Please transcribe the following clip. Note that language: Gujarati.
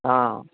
હા